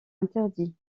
interdits